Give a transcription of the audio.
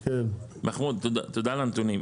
מחמוד, תודה על הנתונים.